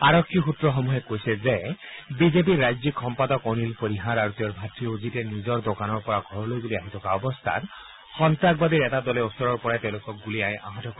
আৰক্ষী সূত্ৰসমূহে কৈছে যে বিজেপিৰ ৰাজ্যিক সম্পাদক অনিল পৰিহাৰ আৰু তেওঁৰ ভাতৃ অজিতে নিজৰ দোকানৰ পৰা ঘৰলৈ বুলি আহি থকা অৱস্থাত সন্তাসবাদীৰ এটা দলে ওচৰৰ পৰাই তেওঁলোকক গুলীয়াই আহত কৰে